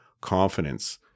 confidence